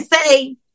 say